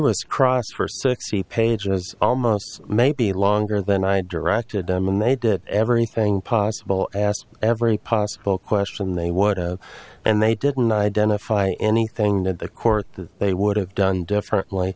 was cross for sixty pages almost maybe longer than i directed them and they did everything possible asked every possible question they would and they didn't identify anything that the court they would have done differently